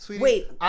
Wait